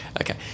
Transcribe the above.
Okay